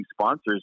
sponsors